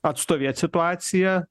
atstovėt situaciją